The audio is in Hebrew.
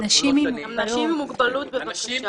אנשים עם מוגבלות, בבקשה.